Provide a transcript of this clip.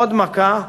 עוד מכה,